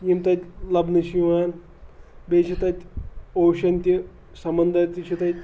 یِم تَتہِ لَبنہٕ چھِ یِوان بیٚیہِ چھِ تَتہِ اوشن تہِ سَمنٛدر تہِ چھِ تَتہِ